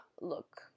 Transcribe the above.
look